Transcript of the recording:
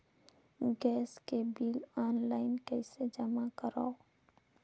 Gas के bill online कइसे जमा करव?